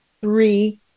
three